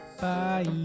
Bye